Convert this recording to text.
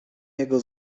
jego